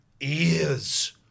ears